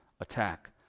attack